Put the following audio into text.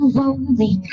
lonely